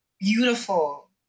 beautiful